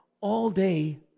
all-day